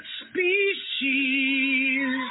species